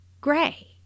gray